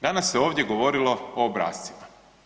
Danas se ovdje govorilo o obrascima.